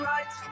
Right